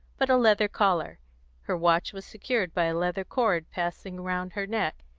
but a leather collar her watch was secured by a leather cord, passing round her neck,